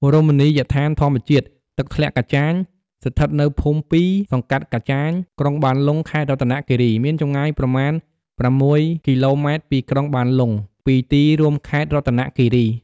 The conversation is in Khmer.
រមណីយដ្ឋានធម្មជាតិ ទឹកធ្លាក់កាចាញស្ថិតនៅភូមិពីរ សង្កាត់កាចាញ ក្រុងបានលុង ខេត្តរតនគិរី មានចំងាយប្រមាណ ប្រាំមួយគីឡូម៉េត្រពីក្រុងបានលុង ពីទីរួមខេត្តរតនគិរី ។